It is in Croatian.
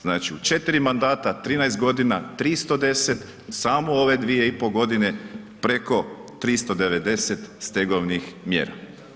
Znači u 4. mandata 13 godina 310, samo u ove 2,5 godine preko 390 stegovnih mjera.